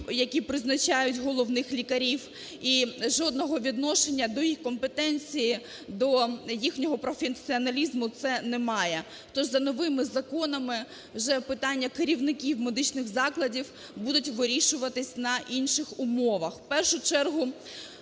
які призначають головних лікарів і жодного відношення до їх компетенції, до їхнього професіоналізму це не має. Тож, за новими законами вже питання керівників медичних закладів будуть вирішуватись на інших умовах.